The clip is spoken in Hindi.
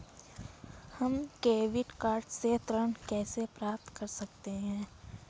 हम क्रेडिट कार्ड से ऋण कैसे प्राप्त कर सकते हैं?